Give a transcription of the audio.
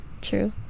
true